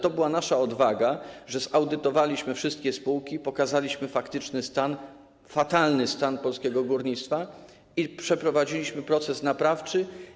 To była nasza odwaga, że zaudytowaliśmy wszystkie spółki, pokazaliśmy faktyczny stan, fatalny stan polskiego górnictwa, i przeprowadziliśmy proces naprawczy.